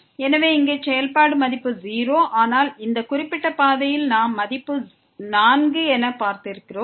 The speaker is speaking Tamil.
எனவே இங்கே செயல்பாடு மதிப்பு 0 ஆனால் இந்த குறிப்பிட்ட பாதையில் நாம் மதிப்பு 4 என பார்த்திருக்கிறோம்